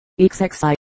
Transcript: XXI